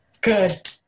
Good